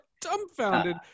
dumbfounded